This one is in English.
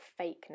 fakeness